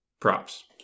Props